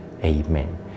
Amen